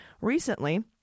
Recently